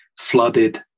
flooded